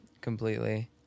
completely